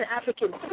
African